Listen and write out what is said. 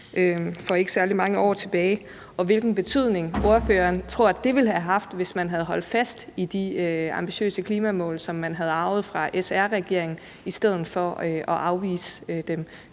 for ikke særlig mange år tilbage, og hvilken betydning ordføreren tror det ville have haft, hvis man havde holdt fast i de ambitiøse klimamål, som man havde arvet fra SR-regeringen i stedet for at afvise dem.